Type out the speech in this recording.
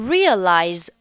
Realize